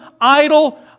idle